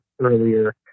earlier